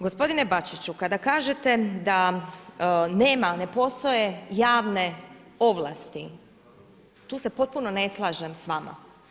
Gospodine Bačiću, kada kažete da nema, ne postoje javne ovlasti, tu se potpune ne slažem s vama.